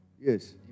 Yes